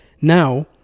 now